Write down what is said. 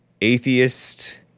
atheist